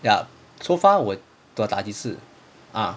ya so far 我我打几次 ah